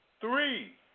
Three